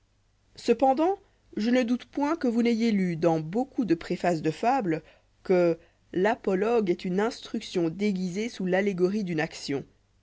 cependant je ne doute poin que vous n'ayez lu dans beaucoup de prér faces de fables que l'apologue est une instruction déguisée sous vallégorie d'une action